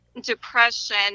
depression